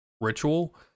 ritual